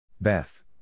Beth